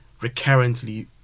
recurrently